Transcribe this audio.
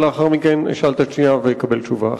ולאחר מכן אשאל את השנייה ואקבל תשובה.